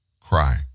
cry